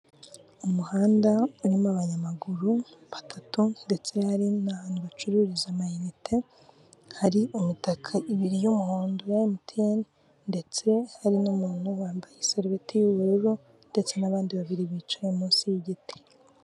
Umuhanda urimo abanyamaguru batatu ndetse hari n'ahantu bacururiza amayinite, hari imitaka ibiri y'umuhondo ya emutiyene ndetse hari n'umuntu wambaye isarubeti y'ubururu ndetse n'abandi babiri bicaye munsi y'igiti.